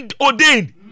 ordained